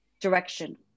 direction